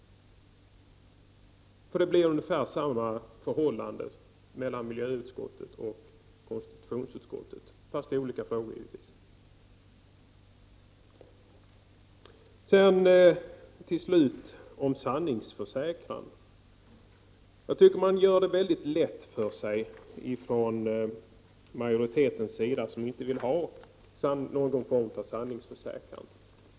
För det blir ungefär samma förhållande mellan miljöutskottet och konstitutionsutskottet, fast det är olika frågor givetvis. Sedan till slut om sanningsförsäkran. Jag tycker man gör det väldigt lätt för sig ifrån majoritetens sida som inte vill ha någon form av sanningsförsäkran.